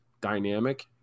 dynamic